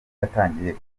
yatangiye